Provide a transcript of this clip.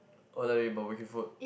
oh you like to eat barbecue food